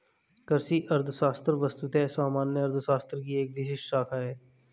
कृषि अर्थशास्त्र वस्तुतः सामान्य अर्थशास्त्र की एक विशिष्ट शाखा है